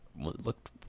looked